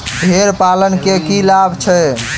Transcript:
भेड़ पालन केँ की लाभ छै?